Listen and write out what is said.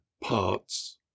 parts